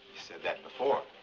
said that before.